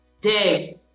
Day